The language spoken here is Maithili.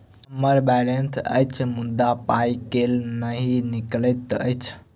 हम्मर बैलेंस अछि मुदा पाई केल नहि निकलैत अछि?